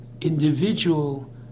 individual